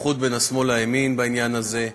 איחוד בין השמאל לימין בעניין הזה.